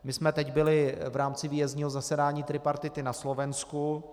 My jsme teď byli v rámci výjezdního zasedání tripartity na Slovensku.